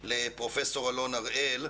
פרופ' אלון הראל,